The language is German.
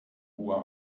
uhr